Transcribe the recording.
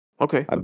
Okay